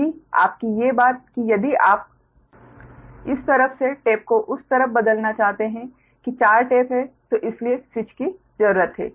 यदि आपकी ये बात कि यदि आप इस तरफ से टेप को उस तरफ बदलना चाहते हैं कि चार टेप हैं तो इसीलिए स्विच की जरूरत है